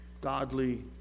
Godly